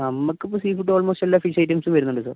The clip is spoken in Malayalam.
നമുക്കിപ്പോൾ സീ ഫുഡ് അൽമോസ്റ്റ് എല്ലാ ഫിഷ് ഐറ്റംസും വരുന്നുണ്ട് സർ